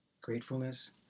gratefulness